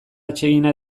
atsegina